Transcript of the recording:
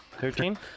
Thirteen